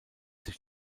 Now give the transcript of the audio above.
sich